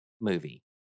movie